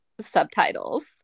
subtitles